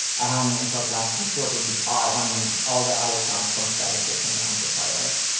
and it was like distorted guitar and all the other sounds comes directly from the amplifiers.